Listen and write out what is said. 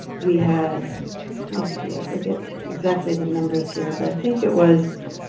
we had. let me see. i forget exactly the numbers here, but i think it was.